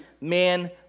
man